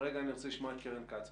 כרגע אני רוצה לשמוע את קרן כץ.